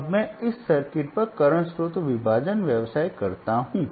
अब मैं इस सर्किट पर करंट स्रोत विभाजन व्यवसाय करता हूं